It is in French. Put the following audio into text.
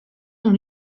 dans